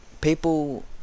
people